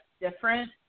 different